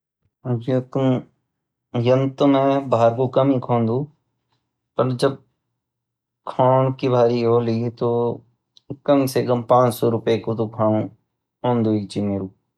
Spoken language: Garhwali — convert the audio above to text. यन तो मैं बाहर को कम खोंदू पर जब खों की बारी औली तो कम से कम पांच सौ रूपए को तो खाऊँ औंदु ई चे